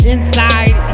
Inside